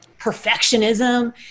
perfectionism